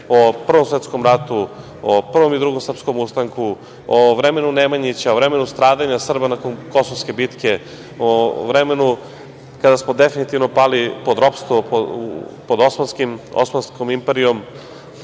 o Prvom svetskom ratu, o Prvom i Drugom srpskom ustanku, o vremenu Nemanjića, o vremenu stradanja Srba nakon Kosovske bitke, o vremenu kada smo definitivno pali pod ropstvo pod Osmanskom imperijom,